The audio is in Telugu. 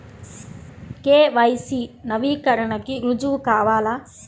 కే.వై.సి నవీకరణకి రుజువు కావాలా?